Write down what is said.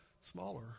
Smaller